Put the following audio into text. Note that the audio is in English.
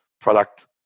product